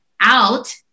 out